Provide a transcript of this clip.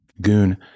Goon